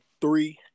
three